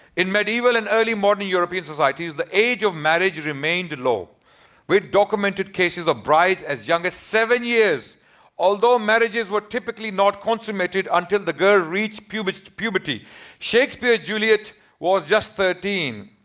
in medieval and early modern european societies the age of marriage remained low with documented cases of brides as young as seven years although marriages were typically not consummated until the girl reached puberty. shakespeare juliet was just thirteen.